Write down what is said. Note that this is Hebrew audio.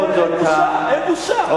אין בושה, אין בושה.